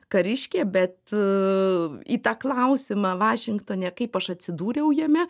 kariškė bet į tą klausimą vašingtone kaip aš atsidūriau jame